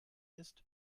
ist